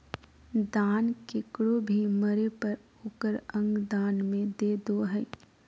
दान केकरो भी मरे पर ओकर अंग दान में दे दो हइ